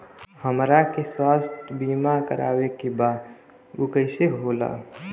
हमरा के स्वास्थ्य बीमा कराए के बा उ कईसे होला?